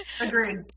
agreed